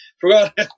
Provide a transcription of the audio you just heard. Forgot